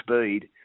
speed